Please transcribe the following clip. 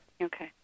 Okay